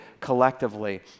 collectively